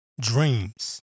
dreams